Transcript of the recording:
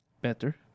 Better